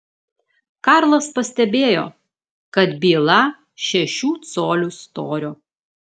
karlas pastebėjo kad byla šešių colių storio